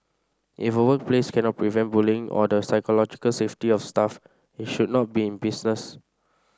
if a workplace cannot prevent bullying or the psychological safety of staff it should not be in business